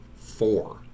four